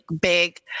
big